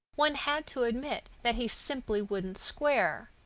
one had to admit that he simply wouldn't square.